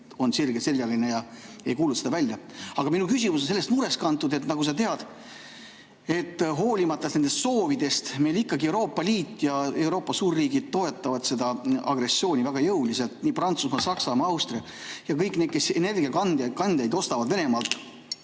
on sirge seljaga ja ei kuuluta seda välja. Aga minu küsimus on sellest murest kantud, et nagu sa tead, hoolimata [paljude] soovidest meil ikkagi Euroopa Liit ja Euroopa suurriigid toetavad seda agressiooni väga jõuliselt. Prantsusmaa, Saksamaa, Austria ja kõik need, kes energiakandjaid ostavad Venemaalt,